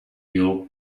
your